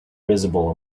visible